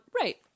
Right